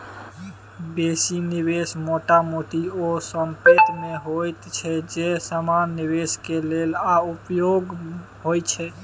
बेसी निवेश मोटा मोटी ओ संपेत में होइत छै जे समान निवेश के लेल आ उपभोग के होइत छै